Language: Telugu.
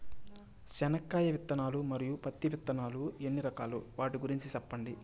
చెనక్కాయ విత్తనాలు, మరియు పత్తి విత్తనాలు ఎన్ని రకాలు వాటి గురించి సెప్పండి?